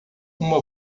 uma